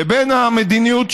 לבין המדיניות,